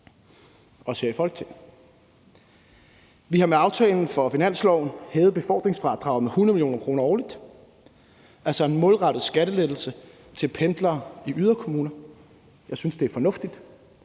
også her i Folketinget. Vi har med aftalen for finansloven hævet befordringsfradraget med 100 mio. kr. årligt, altså en målrettet skattelettelse til pendlere i yderkommuner. Jeg synes, det er fornuftigt.